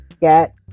get